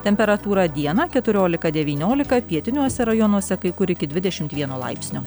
temperatūra dieną keturiolika devyniolika pietiniuose rajonuose kai kur iki dvidešimt vieno laipsnio